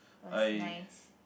was nice